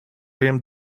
him